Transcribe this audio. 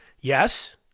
Yes